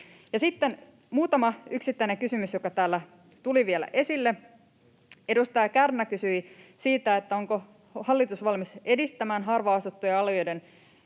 Sitten muutama yksittäinen kysymys, joita täällä tuli vielä esille. Edustaja Kärnä kysyi siitä, onko hallitus valmis edistämään harvaan asuttujen alueiden